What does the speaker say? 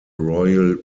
royal